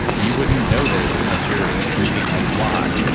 you wouldn't know this unless you're reading a lot,